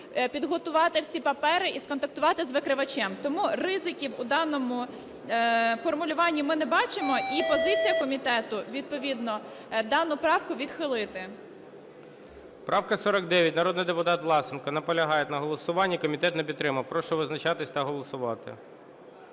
підготувати всі папери і сконтактувати з викривачем. Тому ризиків у даному формулюванні ми не бачимо. І позиція комітету відповідно: дану правку відхилити. ГОЛОВУЮЧИЙ. Правка 49. Народний депутат Власенко наполягає на голосуванні. Комітет не підтримав. Прошу визначатися та голосувати.